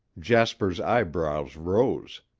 jasper's eyebrows rose.